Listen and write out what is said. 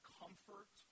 comfort